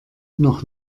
noch